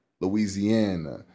Louisiana